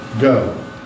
Go